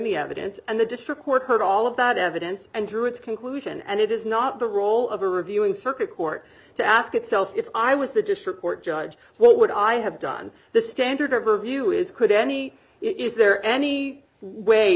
the evidence and the district court heard all of that evidence and drew its conclusion and it is not the role of a reviewing circuit court to ask itself if i was the district court judge what would i have done the standard overview is could any is there any way